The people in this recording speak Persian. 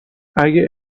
اگه